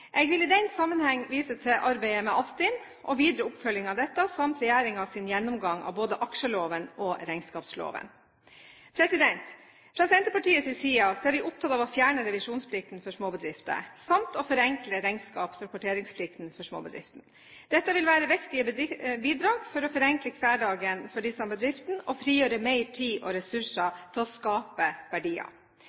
Jeg vil i den sammenheng vise til arbeidet med Altinn og videre oppfølging av dette samt regjeringens gjennomgang av både aksjeloven og regnskapsloven. Fra Senterpartiets side er vi opptatt av å fjerne revisjonsplikten for småbedrifter samt å forenkle regnskaps- og rapporteringsplikten for små bedrifter. Dette vil være viktige bidrag for å forenkle hverdagen for disse bedriftene og frigjøre mer tid og flere ressurser til å skape verdier.